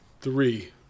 three